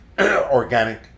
organic